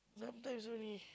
sometimes only